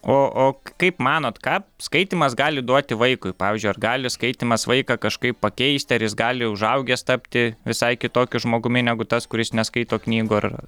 o o kaip manot ką skaitymas gali duoti vaikui pavyzdžiui ar gali skaitymas vaiką kažkaip pakeisti ar jis gali užaugęs tapti visai kitokiu žmogumi negu tas kuris neskaito knygų ar